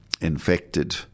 infected